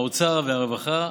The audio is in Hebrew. האוצר והרווחה,